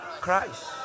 Christ